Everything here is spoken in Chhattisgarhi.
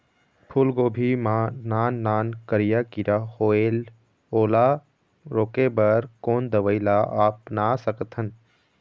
फूलगोभी मा नान नान करिया किरा होयेल ओला रोके बर कोन दवई ला अपना सकथन?